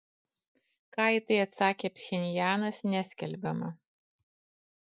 ką į tai atsakė pchenjanas neskelbiama